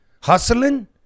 Hustling